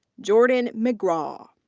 jordan mcgraw.